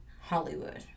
Hollywood